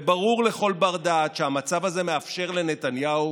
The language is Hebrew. וברור לכל בר-דעת שהמצב הזה מאפשר לנתניהו